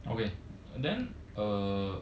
okay and then err